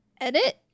edit